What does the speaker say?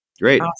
Great